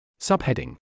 Subheading